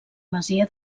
masia